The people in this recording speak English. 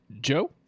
Joe